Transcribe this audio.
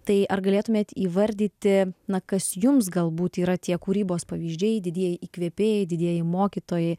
tai ar galėtumėt įvardyti na kas jums galbūt yra tie kūrybos pavyzdžiai didieji įkvėpėjai didieji mokytojai